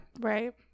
right